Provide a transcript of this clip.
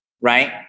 right